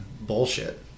bullshit